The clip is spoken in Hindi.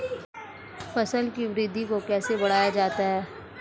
फसल की वृद्धि को कैसे बढ़ाया जाता हैं?